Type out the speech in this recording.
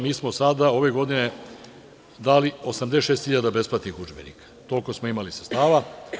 Mi smo ove godine dali 86 hiljada besplatnih udžbenika, toliko smo imali sredstava.